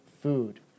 food